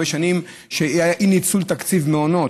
שנים היה אי-ניצול של תקציב המעונות.